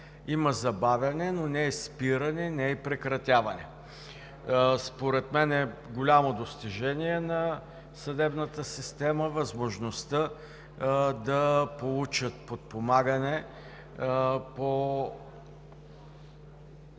има забавяне, но не е спиране, не е прекратяване. Според мен голямо достижение на съдебната система е възможността да получат подпомагане по